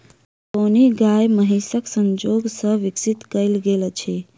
देओनी गाय महीसक संजोग सॅ विकसित कयल गेल अछि